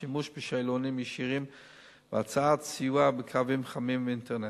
שימוש בשאלונים ישירים והצעת סיוע בקווים חמים ואינטרנט.